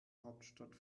hauptstadt